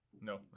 No